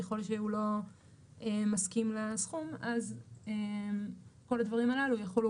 ככל שהוא לא מסכים לסכום אז כל הדברים הללו יחולו